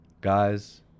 Guys